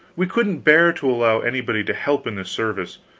we couldn't bear to allow anybody to help in this service,